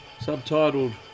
Subtitled